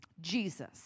Jesus